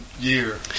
year